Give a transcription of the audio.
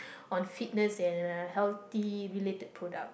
on fitness and uh healthy related product